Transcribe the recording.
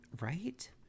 Right